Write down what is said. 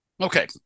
Okay